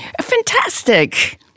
Fantastic